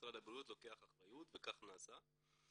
משרד הבריאות לוקח אחריות, וכך נעשה.